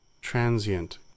transient